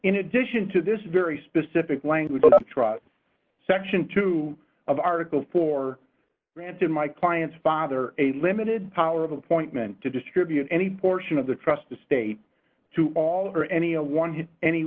in addition to this very specific language section two of article for granted my client's father a limited power of appointment to distribute any portion of the trust the state to all or any